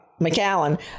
McAllen